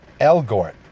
Elgort